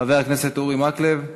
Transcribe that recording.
חבר הכנסת אורי מקלב,